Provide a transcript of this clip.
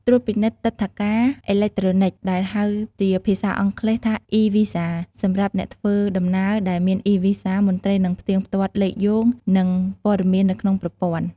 ត្រួតពិនិត្យទិដ្ឋាការអេឡិចត្រូនិក ដែលហៅជាភាសាអង់គ្លេសថា e-Visa សម្រាប់អ្នកដំណើរដែលមាន e-Visa មន្ត្រីនឹងផ្ទៀងផ្ទាត់លេខយោង និងព័ត៌មាននៅក្នុងប្រព័ន្ធ។